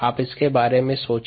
आप इस बारे में सोचें